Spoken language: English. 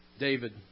David